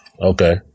Okay